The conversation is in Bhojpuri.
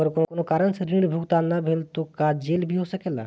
अगर कौनो कारण से ऋण चुकता न भेल तो का जेल भी हो सकेला?